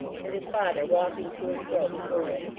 and his father walking to and fro before it.